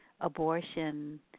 abortion